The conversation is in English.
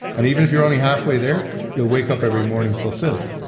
and even if you're only halfway there you'll wake up every morning fulfilled.